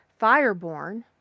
Fireborn